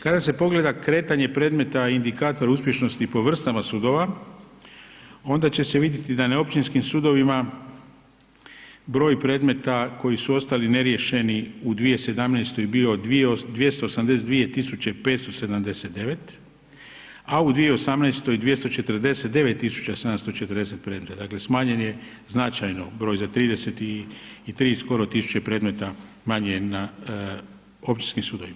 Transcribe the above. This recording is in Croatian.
Kada se pogleda kretanje predmeta i indikatora uspješnosti po vrstama sudova, onda će se vidjeti da na općinskim sudovima broj predmeta koji su ostali neriješeni u 2017. je bi 282.579, a u 2018. 249.740 predmeta, dakle smanjen je značajno broj za 33 skoro tisuće predmeta manje na općinskim sudovima.